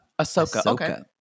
Ahsoka